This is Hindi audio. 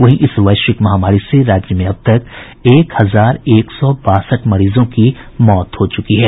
वहीं इस वैश्विक महामारी से राज्य में अब तक एक हजार एक सौ बासठ मरीजों की मौत हो चुकी है